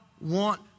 want